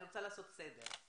אני רוצה לעשות סדר.